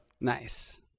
Nice